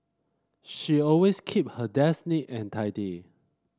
she always keep her desk neat and tidy